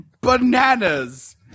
bananas